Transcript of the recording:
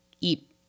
eat